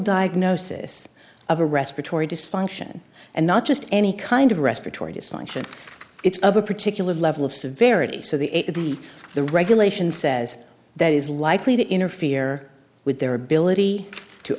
diagnosis of a respiratory dysfunction and not just any kind of respiratory dysfunction it's of a particular level of severity so the the regulation says that is likely to interfere with their ability to